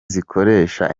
zikoresha